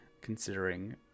considering